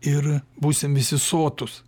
ir būsim visi sotūs